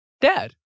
Dad